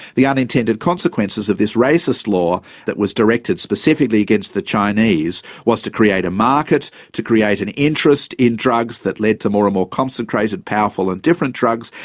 the unintended consequences of this racist law that was directed specifically against the chinese was to create a market, to create an interest in drugs that led to more and more concentrated, powerful and different drugs,